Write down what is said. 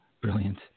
Brilliant